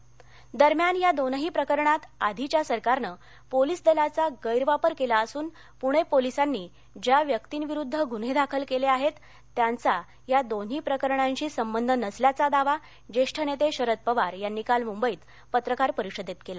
पवार एल्गार दरम्यान या दोन्ही प्रकरणात आधीच्या सरकारनं पोलीस दलाचा गैरवापर केला असून प्रणे पोलिसांनी ज्या व्यक्तींविरुद्ध गृन्हे दाखल केले आहेत त्यांचा या दोन्ही प्रकरणांशी संबंध नसल्याचा दावा ज्येष्ठ नेते शरद पवार यांनी काल मुंबईत पत्रकार परिषदेत केला